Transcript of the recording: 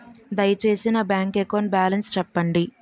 దయచేసి నా bank account balance చెప్పండి